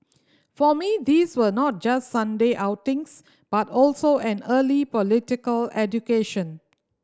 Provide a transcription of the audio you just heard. for me these were not just Sunday outings but also an early political education